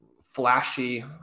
flashy